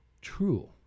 true